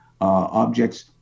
objects